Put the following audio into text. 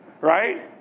Right